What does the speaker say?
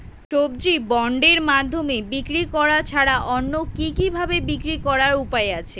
সবজি বন্ডের মাধ্যমে বিক্রি করা ছাড়া অন্য কি কি ভাবে বিক্রি করার উপায় আছে?